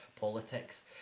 politics